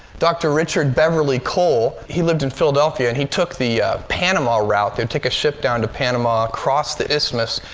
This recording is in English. dr. richard beverley cole, he lived in philadelphia and he took the panama route. they would take a ship down to panama, across the isthmus,